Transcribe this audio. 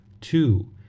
two